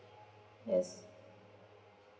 yes